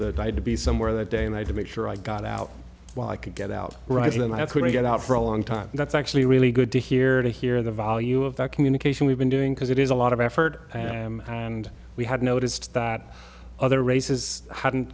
that i had to be somewhere that day and i did make sure i got out while i could get out right and i couldn't get out for a long time that's actually really good to hear to hear the value of the communication we've been doing because it is a lot of effort and we had noticed that other races hadn't